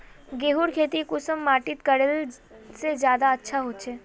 गेहूँर खेती कुंसम माटित करले से ज्यादा अच्छा हाचे?